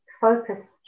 focused